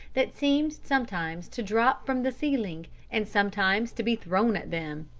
that seemed sometimes to drop from the ceiling, and sometimes to be thrown at them.